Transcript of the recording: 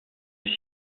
est